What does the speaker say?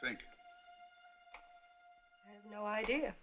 think no idea